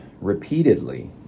repeatedly